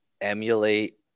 emulate